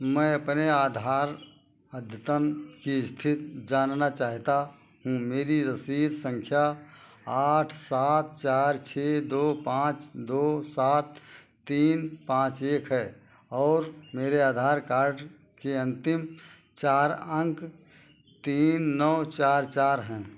मैं अपने आधार अद्यतन की स्थिति जानना चाहता हूँ मेरी रसीद संख्या आठ सात चार छः दो पाँच दो सात तीन पाँच एक है और मेरे आधार कार्ड के अंतिम चार अंक तीन नौ चार चार हैं